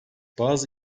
bazı